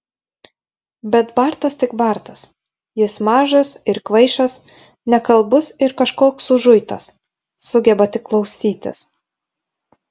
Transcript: bet bartas tik bartas jis mažas ir kvaišas nekalbus ir kažkoks užuitas sugeba tik klausytis